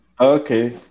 Okay